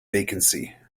vacancy